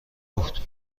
بود